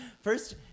first